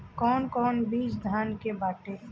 कौन कौन बिज धान के बाटे?